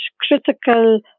critical